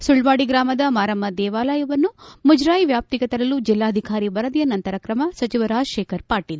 ಸುಳ್ವಾಡಿ ಗ್ರಾಮದ ಮಾರಮ್ಮ ದೇವಾಲಯವನ್ನು ಮುಜರಾಯಿ ವ್ಯಾಪ್ತಿಗೆ ತರಲು ಜಿಲ್ಲಾಧಿಕಾರಿ ವರದಿ ನಂತರ ಕ್ರಮ ಸಚಿವ ರಾಜಶೇಖರ್ ಪಾಟೀಲ್